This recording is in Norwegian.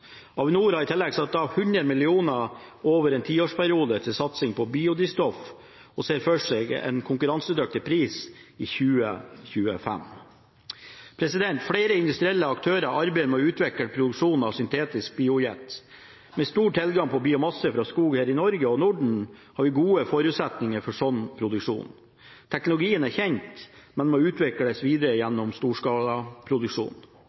Avinor har i tillegg satt av 100 mill. kr over en tiårsperiode til satsing på biodrivstoff og ser for seg en konkurransedyktig pris i 2025. Flere industrielle aktører arbeider med å utvikle produksjon av syntetisk biojet. Med stor tilgang på biomasse fra skog her i Norge og Norden har vi gode forutsetninger for slik produksjon. Teknologien er kjent, men må utvikles videre